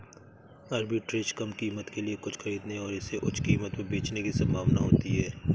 arbitrage कम कीमत के लिए कुछ खरीदने और इसे उच्च कीमत पर बेचने की संभावना होती है